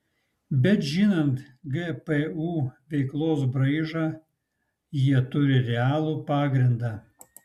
bet žinant gpu veiklos braižą jie turi realų pagrindą